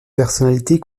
personnalités